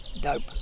dope